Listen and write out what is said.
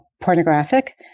pornographic